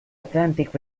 atlantic